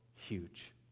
huge